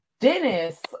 Dennis